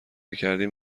کردیم